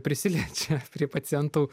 prisiliečia prie pacientų